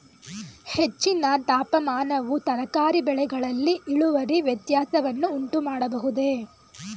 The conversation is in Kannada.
ಹೆಚ್ಚಿನ ತಾಪಮಾನವು ತರಕಾರಿ ಬೆಳೆಗಳಲ್ಲಿ ಇಳುವರಿ ವ್ಯತ್ಯಾಸವನ್ನು ಉಂಟುಮಾಡಬಹುದೇ?